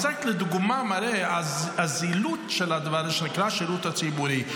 זה רק מראה לדוגמה את הזילות של הדבר הזה שנקרא השירות הציבורי.